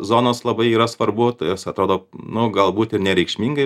zonos labai yra svarbu jos atrodo nu galbūt ir nereikšmingai